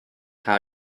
how